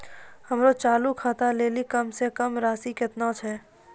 हमरो चालू खाता लेली कम से कम राशि केतना छै?